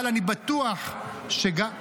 אבל אני בטוח --- מה,